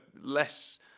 less